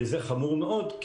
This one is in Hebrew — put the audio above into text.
וזה חמור מאוד,